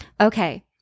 Okay